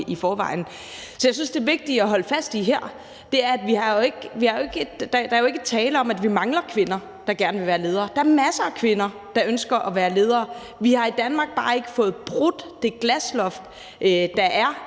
i forvejen. Så jeg synes, at det vigtige at holde fast i her, er, at der jo ikke er tale om, at vi mangler kvinder, der gerne vil være ledere. Der er masser af kvinder, der ønsker at være ledere. Vi har i Danmark bare ikke fået brudt det glasloft, der er